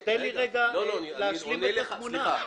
תן לי להשלים את התמונה.